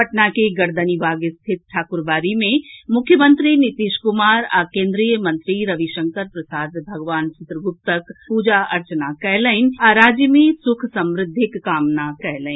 पटना के गर्दनीबाग स्थित ठाकुरबाड़ी मे मुख्यमंत्री नीतीश कुमार आ केन्द्रीय मंत्री रविशंकर प्रसाद भगवान चित्रगुप्तक पूजा अर्चना कयलनि आ राज्य मे सुख समृद्धिक कामना कयलनि